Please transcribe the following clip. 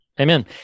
amen